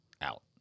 out